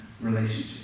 relationship